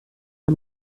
der